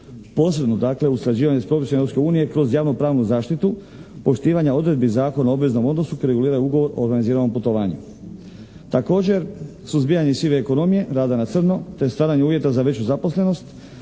Posebno dakle usklađivanje s propisima Europske unije kroz javno pravnu zaštitu, poštivanje odredbi Zakona o obveznom odnosu koji regulira ugovor o organiziranom putovanju. Također, suzbijanje sive ekonomije, rada na crno tj. stvaranja uvjeta za veću zaposlenost,